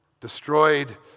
destroyed